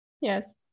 Yes